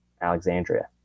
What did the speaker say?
Alexandria